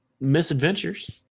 Misadventures